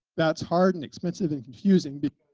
that's hard and expensive and confusing